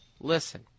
listen